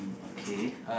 okay